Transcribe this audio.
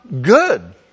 Good